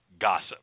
gossip